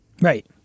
Right